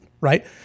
right